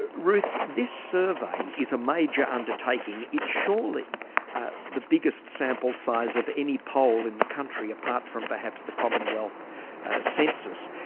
ah ruth, this survey is a major undertaking it's surely the biggest sample size of any poll in the country apart from perhaps the commonwealth census.